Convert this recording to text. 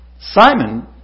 Simon